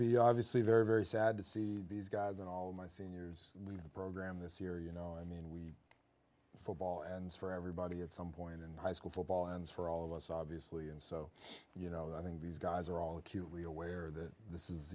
be obviously very very sad to see these guys and all of my seniors leave the program this year you know i mean we football and for everybody at some point in high school football ends for all of us obviously and so you know i think these guys are all acutely aware that this is